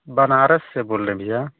बनारस से बोल रहे भैया